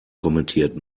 kommentiert